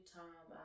time